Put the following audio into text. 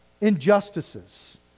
injustices